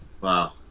Wow